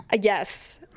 yes